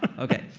okay.